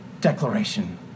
Declaration